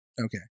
Okay